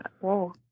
Whoa